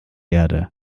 erde